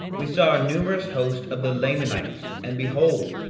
we saw a numerous host of the lamanites and behold,